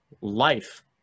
life